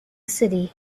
city